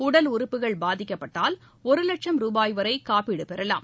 உடல் உறுப்புகள் பாதிக்கப்பட்டால் ஒரு லட்சம் ரூபாய் வரை காப்பீடு பெறலாம்